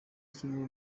kimwe